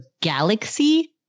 galaxy